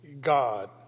God